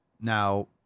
now